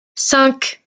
cinq